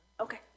okay